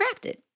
crafted